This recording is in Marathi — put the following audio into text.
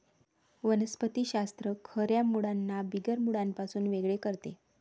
वनस्पति शास्त्र खऱ्या मुळांना बिगर मुळांपासून वेगळे करते